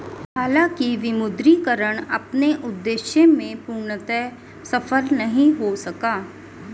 हालांकि विमुद्रीकरण अपने उद्देश्य में पूर्णतः सफल नहीं हो सका